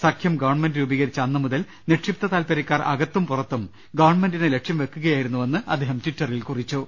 സഖ്യം ഗവൺമെന്റ് രൂപീകരിച്ച അന്നുമുതൽ നിക്ഷിപ്ത താൽപര്യക്കാർ അകത്തും പുറത്തും ഗവൺ മെന്റിനെ ലക്ഷ്യം വെക്കുകയായിരുന്നുവെന്ന് അദ്ദേഹം ട്വിറ്ററിൽ കുറിച്ചു